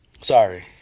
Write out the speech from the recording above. sorry